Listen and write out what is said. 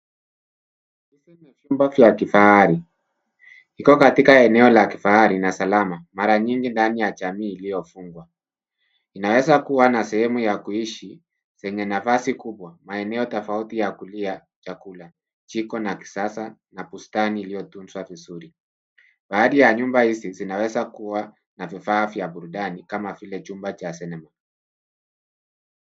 Hiki ni chumba cha kifahari, kiko katika eneo la kifahari na salama, mara nyingi ndani ya jamii iliyofungwa. Inaweza kuwa na sehemu ya kuishi zenye nafasi kubwa, maeneo tofauti ya kulia chakula, jiko la kisasa na bustani iliyotunzwa vizuri. Baadhi ya nyumba hizi zinaweza kuwa na vifaa vya burudani kama vile chumba cha sinema.